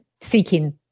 seeking